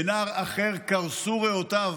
ונער אחר, קרסו ריאותיו